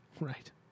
right